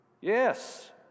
Yes